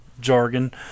jargon